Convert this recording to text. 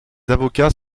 avocats